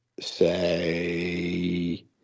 say